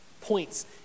points